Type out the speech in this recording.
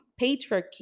patriarchy